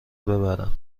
ببرن